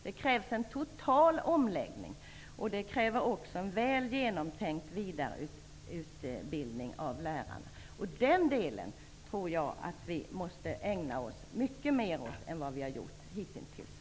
Det krävs en total omläggning, och det kräver också en väl genomtänkt vidareutbildning av lärarna. Den delen måste vi ägna oss mycket mer åt än vad vi hitintills har gjort.